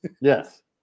Yes